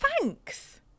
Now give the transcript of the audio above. Thanks